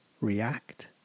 react